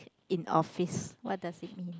in office what does it mean